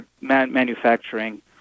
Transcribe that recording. manufacturing